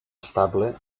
estable